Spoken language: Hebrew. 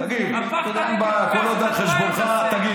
על רמת השיח שלך.